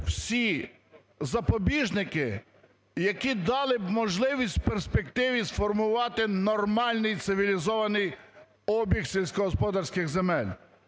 всі запобіжники, які б дали можливість в перспективі сформувати нормальний, цивілізований обіг сільськогосподарських земель.